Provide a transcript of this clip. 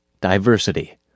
diversity